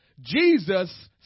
Jesus